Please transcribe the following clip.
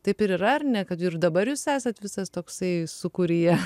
taip ir yra ar ne kad ir dabar jūs esat visas toksai sūkuryje